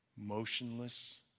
motionless